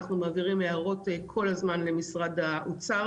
אנחנו מעבירים הערות כל הזמן למשרד האוצר